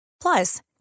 Plus